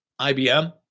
IBM